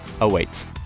Awaits